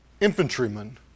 infantrymen